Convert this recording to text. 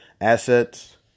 assets